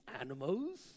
animals